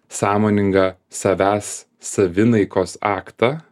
sąmoningą savęs savinaikos aktą